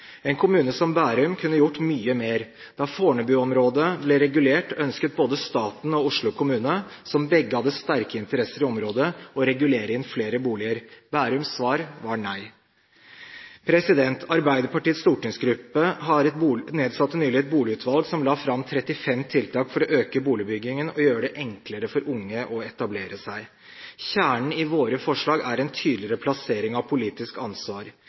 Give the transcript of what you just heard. En kommune som Bærum kunne gjort mye mer. Da Fornebu-området ble regulert, ønsket både staten og Oslo kommune – som begge hadde sterke interesser i området – å regulere inn flere boliger. Bærums svar var nei. Arbeiderpartiets stortingsgruppe nedsatte nylig et boligutvalg som la fram 35 tiltak for å øke boligbyggingen og gjøre det enklere for unge å etablere seg. Kjernen i våre forslag er en tydeligere plassering av politisk ansvar.